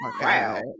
Wow